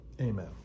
amen